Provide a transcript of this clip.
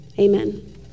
amen